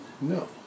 No